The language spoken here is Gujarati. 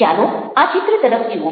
ચાલો આ ચિત્ર તરફ જુઓ